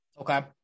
Okay